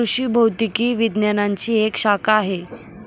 कृषि भौतिकी विज्ञानची एक शाखा आहे